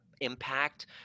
impact